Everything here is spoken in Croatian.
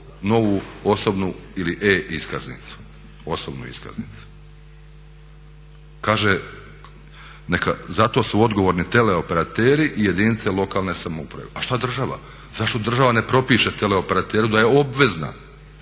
osobnu iskaznicu. Kaže za to su odgovorni teleoperateri i jedinica lokalne samouprave. A šta država? Zašto država ne propiše teleoperateru da je obvezna